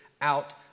out